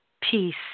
peace